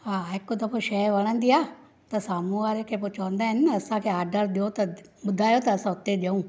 हा हिकु दफ़ो शइ वणंदी आहे त साम्हूं वारे खे पोइ चवंदा आहिनि न असांखे ऑर्डर ॾियो त ॿुधायो त असां हुते ॾियूं